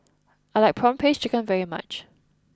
I like Prawn Paste Chicken very much